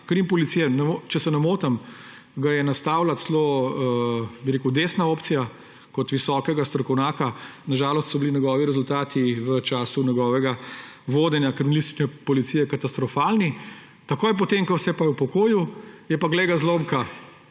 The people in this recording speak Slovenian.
bil dolga leta, če se ne motim, ga je nastavila celo desna opcija kot visokega strokovnjaka. Na žalost so bili njegovi rezultati v času njegovega vodenja kriminalistične policije katastrofalni. Takoj po tem, ko se je pa upokojil, je pa, glej ga zlomka,